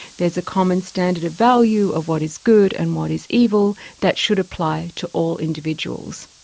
there's a common standard of value of what is good and what is evil, that should apply to all individuals.